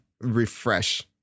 refresh